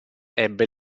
ebbe